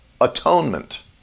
atonement